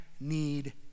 need